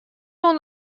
oan